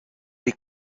les